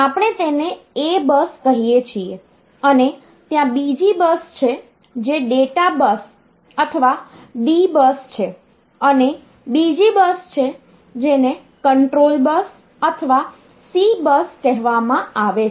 આપણે તેને A bus કહીએ છીએ અને ત્યાં બીજી બસ છે જે ડેટા data માહિતી બસ અથવા D બસ છે અને બીજી બસ છે જેને કંટ્રોલ control નિયંત્રણ બસ અથવા C બસ કહેવામાં આવે છે